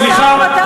סליחה,